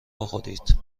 بخورید